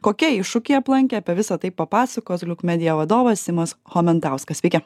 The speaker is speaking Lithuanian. kokie iššūkiai aplankė apie visa tai papasakos gliuk medija vadovas simas chomentauskas sveiki